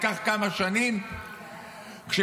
ייקח כמה שנים ואנחנו,